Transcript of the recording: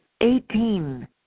Eighteen